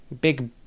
big